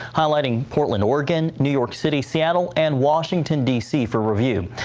highlighting portland oregon, new york city, seattle and washington d c. for review.